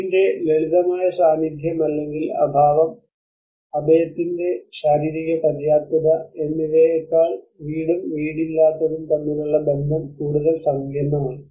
വീടിന്റെ ലളിതമായ സാന്നിധ്യം അല്ലെങ്കിൽ അഭാവം അഭയത്തിന്റെ ശാരീരിക പര്യാപ്തത എന്നിവയേക്കാൾ വീടും വീടില്ലാത്തതും തമ്മിലുള്ള ബന്ധം കൂടുതൽ സങ്കീർണ്ണമാണ്